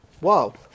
Wow